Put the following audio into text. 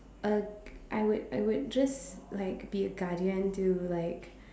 uh I would I would just like be a guardian to like